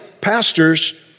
pastors